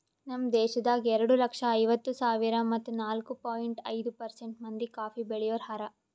ನಮ್ ದೇಶದಾಗ್ ಎರಡು ಲಕ್ಷ ಐವತ್ತು ಸಾವಿರ ಮತ್ತ ನಾಲ್ಕು ಪಾಯಿಂಟ್ ಐದು ಪರ್ಸೆಂಟ್ ಮಂದಿ ಕಾಫಿ ಬೆಳಿಯೋರು ಹಾರ